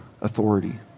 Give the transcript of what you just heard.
authority